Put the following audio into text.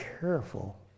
careful